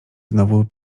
znowu